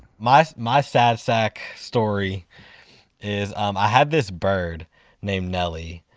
my my sad sack story is um i had this bird named nelly,